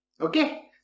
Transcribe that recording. okay